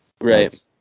Right